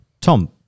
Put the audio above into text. Tom